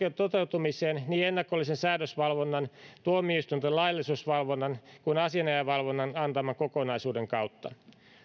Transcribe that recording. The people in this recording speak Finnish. toteutumiseen niin ennakollisen säädösvalvonnan tuomioistuinten laillisuusvalvonnan kuin asianajajavalvonnan antaman kokonaisuuden kautta